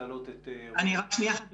אני רק שנייה, ברשותך.